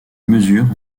mesures